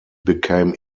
became